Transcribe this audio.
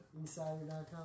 Insider.com